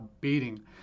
beating